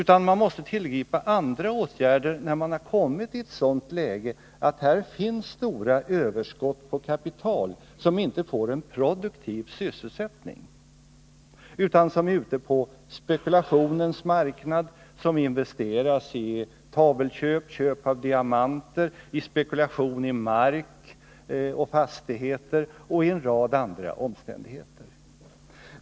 Man måste tillgripa andra åtgärder när man har stora överskott på kapital som inte får en produktiv sysselsättning utan som är ute på spekulationsmarknaden, som används för tavelköp, för köp av diamanter, för spekulation i mark och fastigheter och för en rad andra liknande objekt.